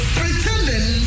pretending